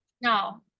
no